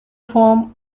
form